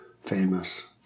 famous